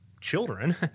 children